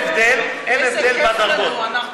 איזה כיף לנו, איזה כיף לנו.